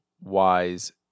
wise